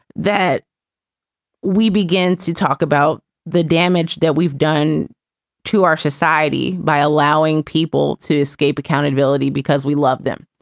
that we begin to talk about the damage that we've done to our society by allowing people to escape accountability because we love them,